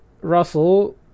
Russell